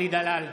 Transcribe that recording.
אלי דלל,